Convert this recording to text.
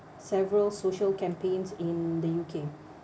several social campaigns in the U_K